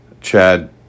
Chad